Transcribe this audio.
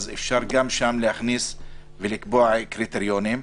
אפשר גם שם לקבוע קריטריונים.